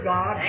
God